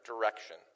direction